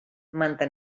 manta